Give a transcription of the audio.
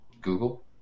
Google